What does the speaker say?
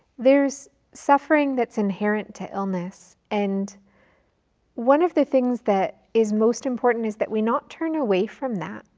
there's suffering that's inherent to illness and one of the things that is most important is that we not turn away from that,